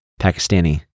Pakistani